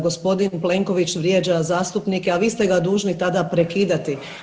Gospodin Plenković vrijeđa zastupnike, a vi ste ga dužni tada prekidati.